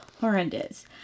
horrendous